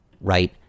right